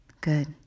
good